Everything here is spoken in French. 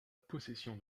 possession